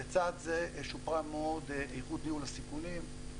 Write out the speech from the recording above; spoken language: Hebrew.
לצד זה שופרה מאוד איכות ניהול הסיכונים.